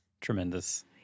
tremendous